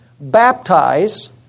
baptize